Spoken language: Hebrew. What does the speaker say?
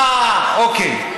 אה, אוקיי.